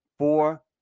Four